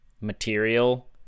material